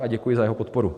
A děkuji za jeho podporu.